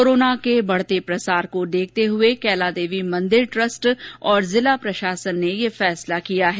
corona के बढ़ते प्रसार को देखते हुए कैला देवी मंदिर ट्रस्ट और जिला प्रशासन ने यह फैसला लिया है